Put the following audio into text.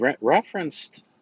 referenced